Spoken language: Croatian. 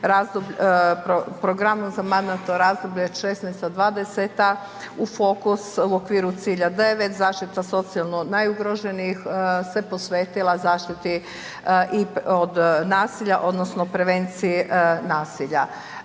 programom za mandatno razdoblje '16.-'20. u fokus u okviru cilja9 zaštita socijalno najugroženijih, se posvetila zaštiti i od nasilja, odnosno, prevenciji nasilja.